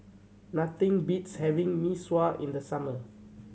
nothing beats having Mee Sua in the summer